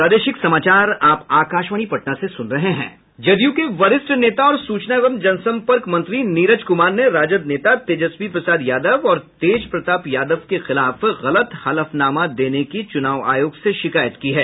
जदयू के वरिष्ठ नेता और सूचना एवं जनसंपर्क मंत्री नीरज कुमार ने राजद नेता तेजस्वी प्रसाद यादव और तेज प्रताप यादव के खिलाफ गलत हलफनामा देने की चुनाव आयोग से शिकायत की है